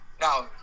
Now